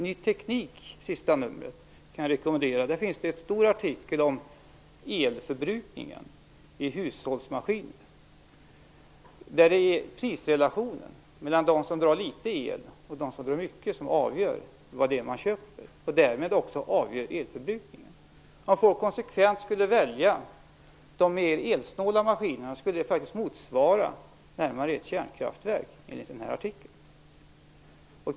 I senaste numret av tidskriften Ny Teknik finns det en stor artikel om elförbrukningen för hushållsmaskiner. Det är prisrelationen mellan de apparater som drar litet el och de som drar mycket el som avgör vilken apparat man väljer, vilket därmed också avgör elförbrukningen. Om folk konsekvent skulle välja de mer elsnåla maskinerna skulle besparingen motsvara den el som produceras av ett kärnkraftverk, enligt artikeln.